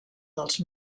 dels